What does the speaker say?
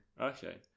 Okay